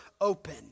open